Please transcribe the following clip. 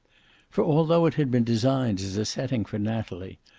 for, although it had been designed as a setting for natalie,